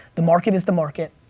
the market is the market.